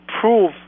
prove